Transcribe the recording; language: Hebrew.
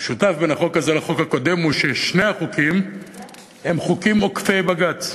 המשותף בין החוק הזה לחוק הקודם הוא ששני החוקים הם חוקים עוקפי-בג"ץ.